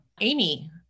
Amy